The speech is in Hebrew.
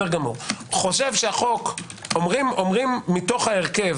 אומרים מתוך ההרכב